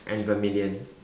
and vermilion